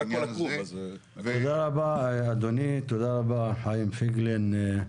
תודה רבה, אדוני חיים פייגלין.